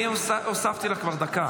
הוספתי לך כבר דקה.